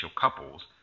couples